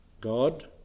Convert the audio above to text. God